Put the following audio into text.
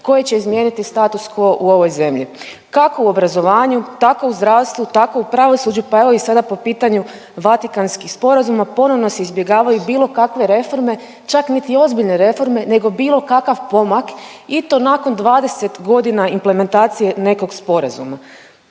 koje će izmijenit status quo u ovoj zemlji, kako u obrazovanju, tako u zdravstvu, tako u pravosuđu pa evo i sada po pitanju Vatikanskih sporazuma ponovno se izbjegavaju bilo kakve reforme, čak niti ozbiljne reforme, nego bilo kakav pomak i to nakon 20 godina implementacije nekog sporazuma.